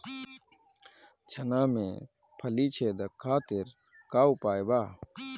चना में फली छेदक खातिर का उपाय बा?